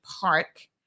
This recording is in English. Park